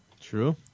True